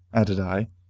added i,